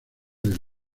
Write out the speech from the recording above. del